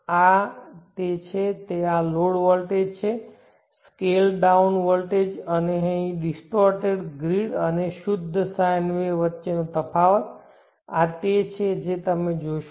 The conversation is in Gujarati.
તો આ તે છે જે આ લોડ વોલ્ટેજ છે સ્કેલ ડાઉન લોડ વોલ્ટેજ અને ડિસ્ટોર્ટેડ ગ્રીડ અને શુદ્ધ sine વચ્ચેનો તફાવત આ તે છે જે તમે જોશો